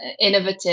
innovative